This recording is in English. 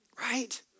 right